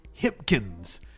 Hipkins